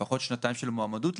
לפחות שנתיים של מועמדות,